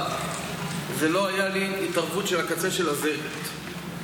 לא הייתה התערבות של הקצה של הזרת שלי.